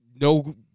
no